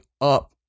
up